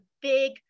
big